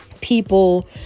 people